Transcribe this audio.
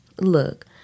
Look